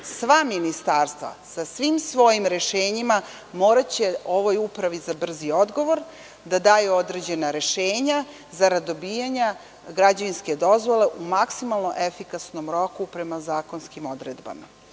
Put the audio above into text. sva Ministarstva sa svim svojim rešenjima moraće ovoj upravi za brzi odgovor da daju određena rešenja zarad dobijanja građevinske dozvole u maksimalno efikasnom roku prema zakonskim odredbama. Mislim